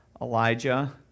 Elijah